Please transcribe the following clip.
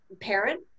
parent